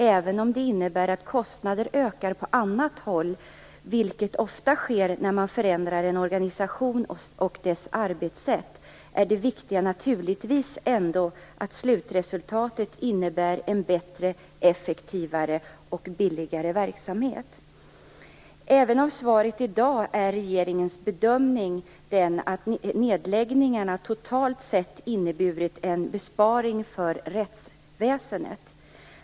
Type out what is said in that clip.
Även om det innebär att kostnader ökar på annat håll, vilket ofta sker när man förändrar en organisation och dess arbetssätt, är det viktiga naturligtvis ändå att slutresultatet innebär en bättre, effektivare och billigare verksamhet". Även av svaret i dag framgår att regeringens bedömning är att nedläggningarna totalt sett inneburit en besparing för rättsväsendet.